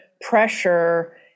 pressure